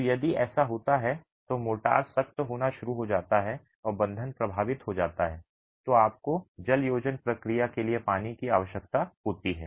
तो यदि ऐसा होता है तो मोर्टार सख्त होना शुरू हो जाता है और बंधन प्रभावित हो जाता है तो आपको जलयोजन प्रक्रिया के लिए पानी की आवश्यकता होती है